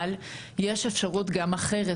אבל יש אפשרות גם אחרת.